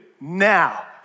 Now